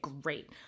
great